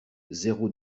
zéro